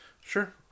Sure